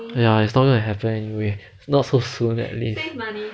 ya it's not gonna happen anyway not so soon at least